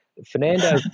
Fernando